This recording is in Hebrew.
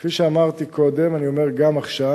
כפי שאמרתי קודם, אני אומר גם עכשיו,